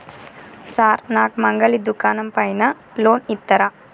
Sir నాకు మంగలి దుకాణం పైన లోన్ ఇత్తరా?